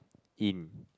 in